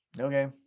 Okay